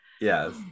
yes